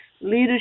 leadership